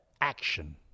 action